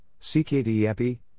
CKD-EPI